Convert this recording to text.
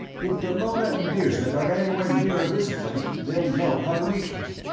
if dallona and dirzed are anywhere near a visiplate, they'll know how to reach me.